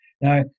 now